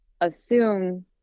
assume